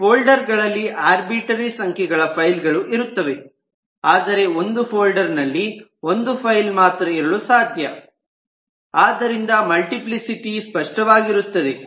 folder ಗಳಲ್ಲಿ arbitrary ಸಂಖ್ಯೆಗಳ ಫೈಲ್ಗಳು ಇರುತ್ತದೆ ಆದರೆ ಒಂದು ಫೋಲ್ಡರ್ ನಲ್ಲಿ ಒಂದು ಫೈಲ್ ಮಾತ್ರ ಇರಲು ಸಾಧ್ಯ ಆದ್ದರಿಂದ ಮಲ್ಟಪ್ಲಿಸಿಟಿ ಸ್ಪಷ್ಟವಾಗಿರುತ್ತದೆ